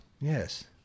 Yes